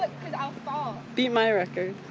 i'll fall. beat my record.